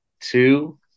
two